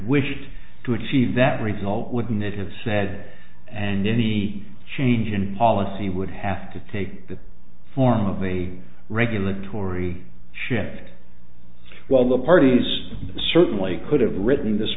wished to achieve that result wouldn't it have said and any change in policy would have to take the form of a regulatory shake well the parties certainly could have written this